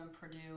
Purdue